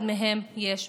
אתה זה שמנחה אותם עכשיו